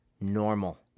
normal